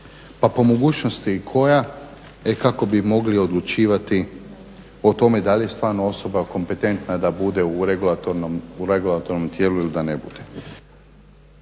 pa mogućnosti i koja kako bi mogli odlučivati o tome da li je stvarno osoba kompetentna da bude u regulatornom tijelu ili da ne bude.